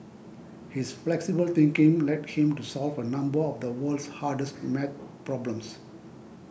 his flexible thinking led him to solve a number of the world's hardest maths problems